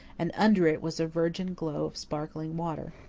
and under it was a virgin glow of sparkling water.